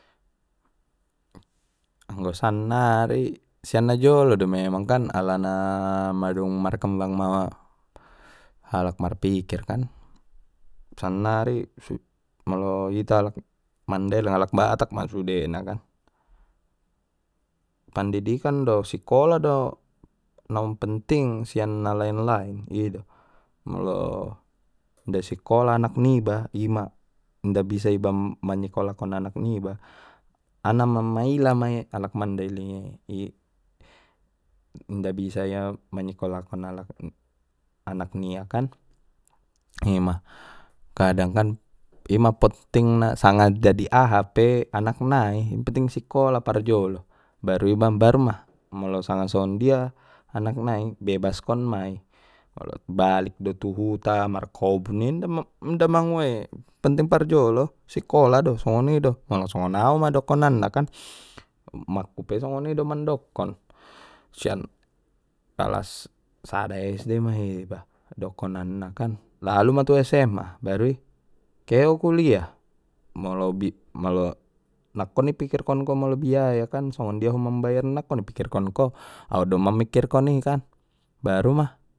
Anggo sannari sian na jolo do memang alana madung markembang ma alak marpikir kan sannari molo hita alak mandailing alak batak ma suden kan pandidikan do sikola do na um penting sian na lain lain i do molo inda sikola anak niba ima inda bisa iba manyikolakkon anak niba ana ma maila ma alak mandailing i, inda bisa ia manyikkolakon alak anak nia kan ima kadang kan ima potting na sanga dadi aha pe anak nai penting sikola parjolo baruma molo sangan sondia anak nai bebaskon mai molo balik do tu huta inda ma ua i ponting parjolo sikola do molo songon au dokonan na umakku pe sonido mandokon sian kalas sada SD ma hiba dokonan na lalu ma tu SMA baru i ke au kuliah molo-molo nakkon i pikirkon ko molo biaya kan songon dia ho mambayarna nakkon ipikirkon ko au do mamikirkon i kan baruma.